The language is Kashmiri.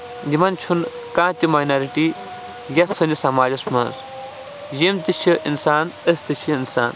یِمن چھُ نہٕ کانٛہہ تہِ مایٚنارٹی یَتھ سٲنِس سَماجس منٛز یِم تہِ چھِ اِنسان أسۍ تہِ چھِ اِنسان